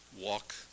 walk